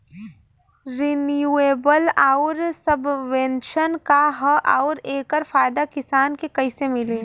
Renewable आउर subvention का ह आउर एकर फायदा किसान के कइसे मिली?